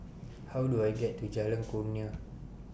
How Do I get to Jalan Kurnia